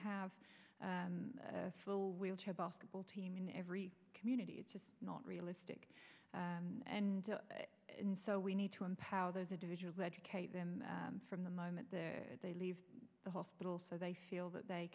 have a full wheelchair basketball team in every community it's just not realistic and so we need to empower those individuals educate them from the moment they leave the hospital so they feel that they